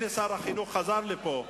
הנה שר החינוך חזר לפה,